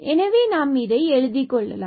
எனவே நாம் இதை எழுதிக் கொள்ளலாம்